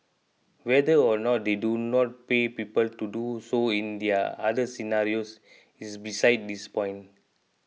whether or not they do not pay people to do so in their other scenarios is besides this point